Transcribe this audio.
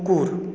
কুকুর